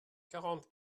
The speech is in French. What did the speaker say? quarante